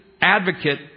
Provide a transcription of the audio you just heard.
advocate